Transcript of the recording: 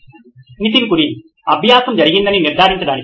Nitin Kurian COO నోయిన్ electronics అభ్యాసం జరిగిందని నిర్ధారించడానికి